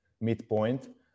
midpoint